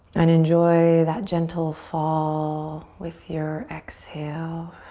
and enjoy that gentle fall with your exhale.